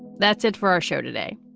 that's it for our show today.